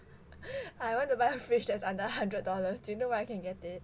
I want to buy a fridge that is under one hundred dollars do you know where I can get it